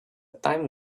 time